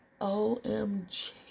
OMG